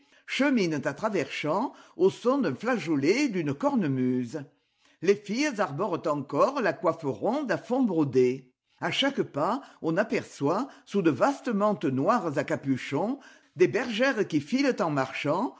cheminent à travers champs au son d'un flageolet et d'une cornemuse les filles arborent encore la coiffée ronde à fond brodé a chaque pas on aperçoit sous de vastes mantes noires à capuchon des bergères qui filent en marchant